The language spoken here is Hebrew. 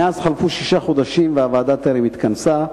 מאז חלפו שישה חודשים והוועדה טרם התכנסה.